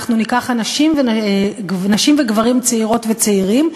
אנחנו ניקח נשים וגברים צעירות וצעירים,